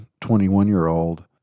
21-year-old